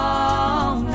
Long